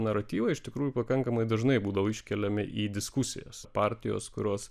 naratyvą iš tikrųjų pakankamai dažnai būdavo iškeliami į diskusijas partijos kurios